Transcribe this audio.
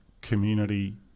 community